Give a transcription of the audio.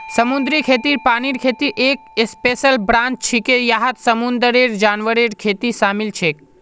समुद्री खेती पानीर खेतीर एक स्पेशल ब्रांच छिके जहात समुंदरेर जानवरेर खेती शामिल छेक